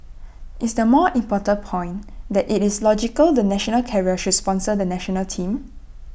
is the more important point that IT is logical the national carrier should sponsor the National Team